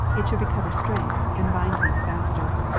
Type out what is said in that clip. it should recover strength, and bind me the faster.